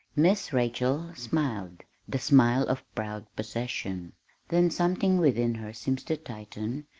miss rachel smiled the smile of proud possession then something within her seemed to tighten,